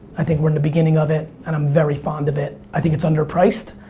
i think we're in the beginning of it and i'm very fond of it. i think it's underpriced.